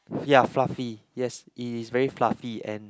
ya fluffy yes it is very fluffy and